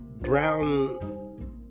brown